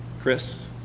Chris